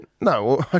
No